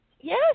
Yes